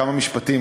כמה משפטים.